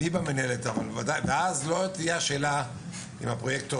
מי במינהלת; ואז לא תהיה שאלה אם לקחנו את הפרויקטור,